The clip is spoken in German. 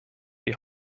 die